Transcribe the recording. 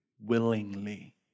willingly